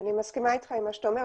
אני מסכימה עם מה שאתה אומר,